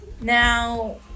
Now